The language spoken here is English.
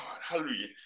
hallelujah